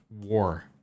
war